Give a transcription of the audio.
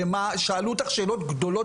שאלו אותך שאלות גדולות.